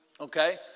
Okay